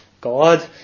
god